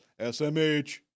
SMH